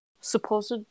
supposed